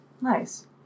Nice